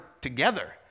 together